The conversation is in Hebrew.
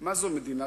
מצג